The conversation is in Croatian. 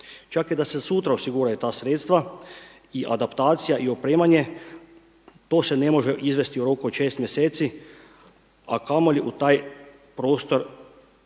Čak i da se sutra osiguraju ta sredstva i adaptacija i opremanje to se ne može izvesti u roku od šest mjeseci, a kamoli u taj prostor